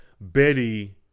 Betty